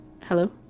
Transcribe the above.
hello